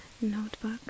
notebook